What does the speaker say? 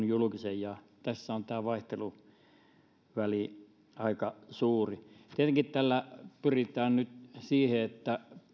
julkisen ja tässä on tämä vaihteluväli aika suuri tietenkin tällä pyritään nyt siihen että